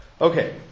okay